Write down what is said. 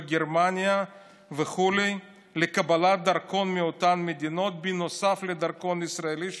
גרמניה וכו' לקבלת דרכון מאותן מדינות נוסף לדרכון הישראלי שלהם,